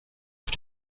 auf